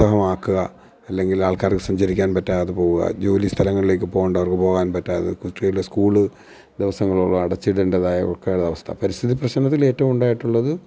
ദുസ്സഹമാക്കുക അല്ലെങ്കിലാൾക്കാർക്ക് സഞ്ചരിക്കാൻ പറ്റാതെ പോവുക ജോലി സ്ഥലങ്ങളിലേക്ക് പോകേണ്ടവർക്ക് പോകാൻ പറ്റാതെ സ്കൂള് ദിവസങ്ങളോളം അടച്ചിടേണ്ടതായ ഉൾകാല അവസ്ഥ പരിസ്ഥിതി പ്രശ്നത്തിൽ ഏറ്റവും ഉണ്ടായിട്ടുള്ളത്